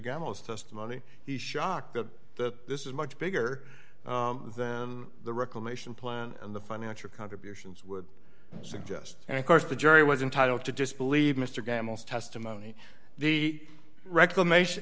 gallo's testimony he's shocked that the this is much bigger than the reclamation plan and the financial contributions would suggest and of course the jury was entitled to just believe mr gamble's testimony the reclamation